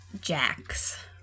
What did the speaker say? Jax